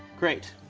great.